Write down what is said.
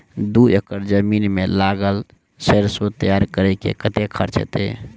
दू एकड़ जमीन मे लागल सैरसो तैयार करै मे कतेक खर्च हेतै?